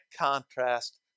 contrast